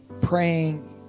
praying